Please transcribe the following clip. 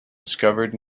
discovered